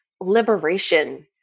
liberation